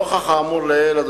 נוכח האמור לעיל,